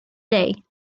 day